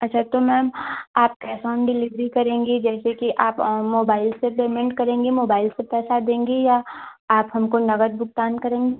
अच्छा तो मैम आप कैश ऑन डिलीवरी करेंगी जैसे कि आप मोबाइल से पेमेंट करेंगी मोबाइल से पैसा देंगी या आप हमको नगद भुगतान करेंगी